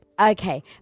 Okay